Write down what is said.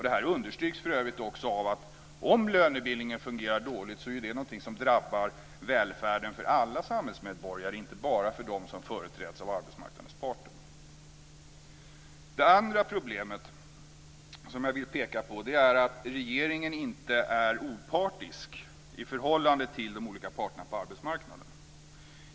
Det här understryks för övrigt också av att om lönebildningen fungerar dåligt drabbar det välfärden för alla samhällsmedborgare och inte bara för dem som företräds av arbetsmarknadens parter. Det andra problemet som jag vill peka på är att regeringen inte är opartisk i förhållande till de olika parterna på arbetsmarknaden.